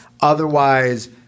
otherwise